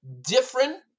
different